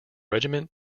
regiment